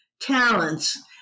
talents